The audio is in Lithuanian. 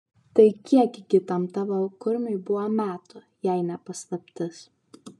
tai kiek gi tam tavo kurmiui buvo metų jei ne paslaptis